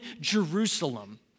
Jerusalem